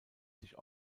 sich